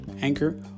Anchor